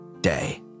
day